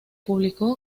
publicó